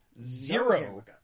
zero